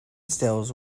stills